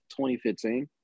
2015